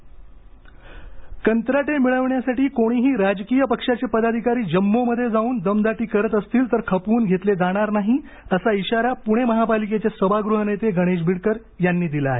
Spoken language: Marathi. इशारा कंत्राटे मिळविण्यासाठी कोणीही राजकीय पक्षाचे पदाधिकारी जम्बोमध्ये जाऊन दमदाटी करत असतील तर खपवून घेतले जाणार नाही असा इशारा पुणे महापालिकेचे सभागृह नेते गणेश बिडकर यांनी दिला आहे